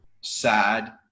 sad